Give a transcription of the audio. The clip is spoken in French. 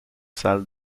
salle